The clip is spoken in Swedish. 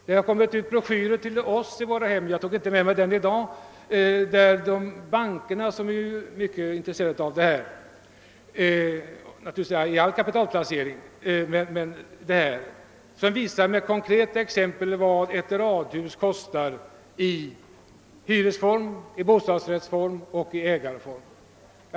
Vi har i våra hem fått oss tillsända broschyrer — jag tog tyvärr inte med någon i dag — där bankerna, som ju är intresserade av all kapitalplacering, med konkreta exempel visar vad ett radhus i respektive hyreshusform, bostadsrättsform och ägandeform kostar den boende.